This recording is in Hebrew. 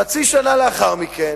חצי שנה לאחר מכן,